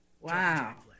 Wow